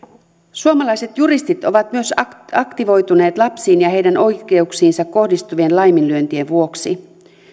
suomalaiset juristit ovat myös aktivoituneet lapsiin ja heidän oikeuksiinsa kohdistuvien laiminlyöntien vuoksi